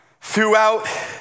throughout